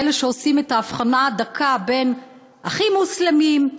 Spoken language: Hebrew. לאלה שעושים את ההבחנה הדקה בין "האחים המוסלמים",